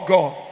God